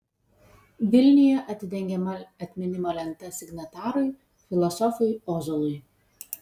vilniuje atidengiama atminimo lenta signatarui filosofui ozolui